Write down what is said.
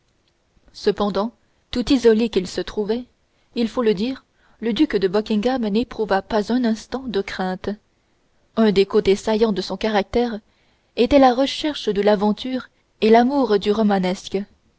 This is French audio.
cependant tout isolé qu'il se trouvait il faut le dire le duc de buckingham n'éprouva pas un instant de crainte un des côtés saillants de son caractère était la recherche de l'aventure et l'amour du romanesque